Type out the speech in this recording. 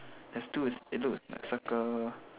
there's two it's it looks like circle